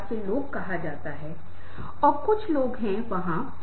इसी तरह आप देखते हैं कि अम्बिगुइटी होने पर बातों का अधिक संभव अर्थ संभावित सुझाव हो सकता है